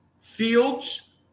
Fields